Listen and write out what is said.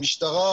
המשטרה,